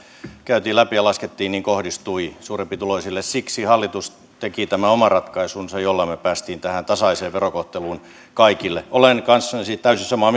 käytiin läpi ja laskettiin kohdistui suurempituloisille siksi hallitus teki tämän oman ratkaisunsa jolla me pääsimme tähän tasaiseen verokohteluun kaikille olen kanssanne siitä täysin samaa